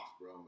bro